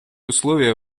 условия